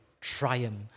triumph